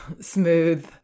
smooth